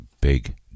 Big